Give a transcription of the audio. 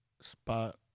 spot